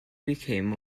became